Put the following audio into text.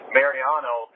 Mariano